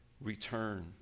return